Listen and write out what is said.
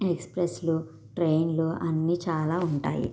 ఎక్స్ప్రెస్లు ట్రైన్లు అన్నీ చాలా ఉంటాయి